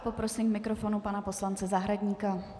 Poprosím k mikrofonu pana poslance Zahradníka.